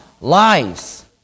Lies